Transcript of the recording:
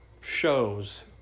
shows